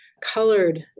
colored